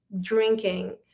drinking